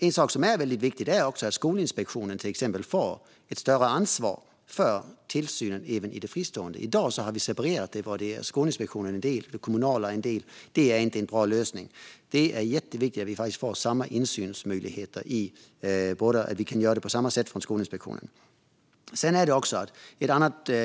En sak som är viktig är att Skolinspektionen får större ansvar för tillsynen även i de fristående skolorna. I dag har vi separerat det så att Skolinspektionen har en del och det kommunala en del. Det är inte en bra lösning. Det är jätteviktigt att Skolinspektionen får samma insynsmöjligheter och kan göra på samma sätt i båda delarna.